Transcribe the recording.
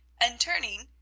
and, turning,